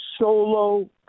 solo